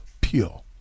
pure